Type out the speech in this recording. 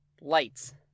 lights